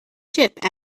ship